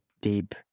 deep